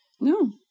No